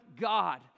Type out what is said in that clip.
God